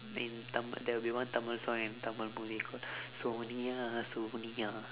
in tamil there will be one tamil song in tamil bollywood called sonia sonia